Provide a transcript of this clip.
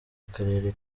akarere